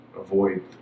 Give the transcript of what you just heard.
avoid